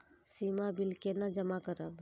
सीमा bill केना जमा करब?